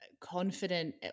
confident